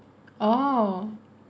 oh